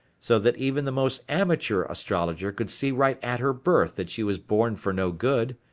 so that even the most amateur astrologer could see right at her birth that she was born for no good,